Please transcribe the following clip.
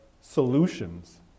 solutions